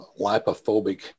lipophobic